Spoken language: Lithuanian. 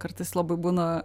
kartais labai būna